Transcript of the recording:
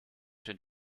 den